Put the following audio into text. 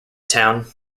town